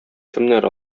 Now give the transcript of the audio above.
кемнәр